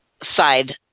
side